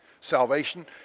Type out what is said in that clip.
Salvation